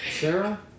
Sarah